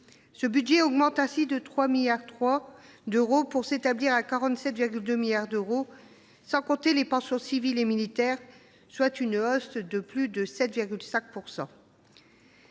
Ce budget augmente ainsi de 3,3 milliards d’euros, pour s’établir à 47,2 milliards d’euros, sans compter les pensions civiles et militaires, soit une hausse de plus de 7,5 %.